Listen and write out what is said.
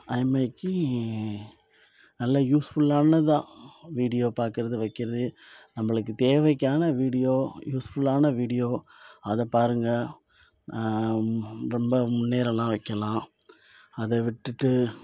அது மாரிக்கி நல்லா யூஸ்ஃபுல்லானதா வீடியோ பார்க்குறது வைக்கிறது நம்மளுக்கு தேவைக்கான வீடியோ யூஸ் ஃபுல்லான வீடியோ அதை பாருங்க ரொம்ப முன்னேறலாம் வைக்கலாம் அதை விட்டுட்டு